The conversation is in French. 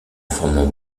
formant